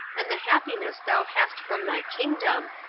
and the happiness thou hast from thy kingdom,